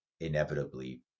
inevitably